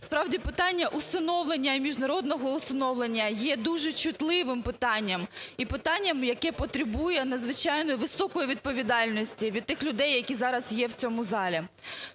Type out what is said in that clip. усиновлення і міжнародного усиновлення є дуже чутливим питанням, і питанням, яке потребує надзвичайно високої відповідальності від тих людей, які зараз є в цьому залі.